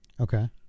Okay